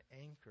anchor